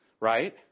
Right